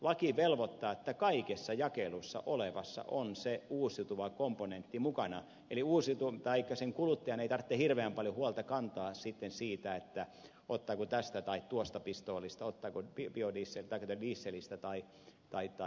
laki velvoittaa että kaikessa jakelussa olevassa on se uusiutuva komponentti mukana eli kuluttajan ei tarvitse hirveän paljon huolta kantaa siitä ottaako tästä tai tuosta pistoolista ottaako dieseliä tai bensiiniä